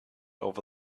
over